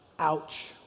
Ouch